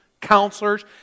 counselors